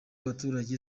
abaturage